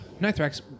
Nithrax